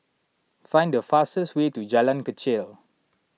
find the fastest way to Jalan Kechil